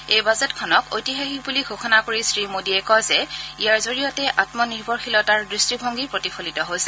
এই বাজেটখনক ঐতিহাসিক বুলি ঘোষণা কৰি শ্ৰীমোডীয়ে কয় যে ইয়াৰ জৰিয়তে আমনিৰ্ভৰশীলতাৰ দৃষ্টিভংগী প্ৰতিফলিত হৈছে